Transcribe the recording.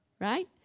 right